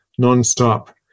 nonstop